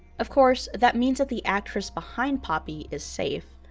of course, that means that the actress behind poppy is safe,